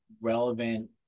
relevant